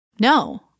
No